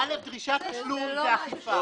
דרישת תשלום זה אכיפה.